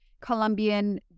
Colombian